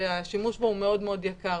שהשימוש בו הוא מאוד מאוד יקר,